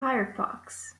firefox